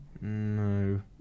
no